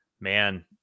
Man